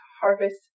harvest